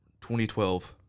2012